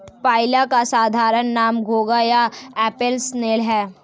पाइला का साधारण नाम घोंघा या एप्पल स्नेल है